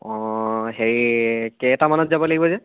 অঁ হেৰি কেইটামানত যাব লাগিব যে